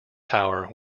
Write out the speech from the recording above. tower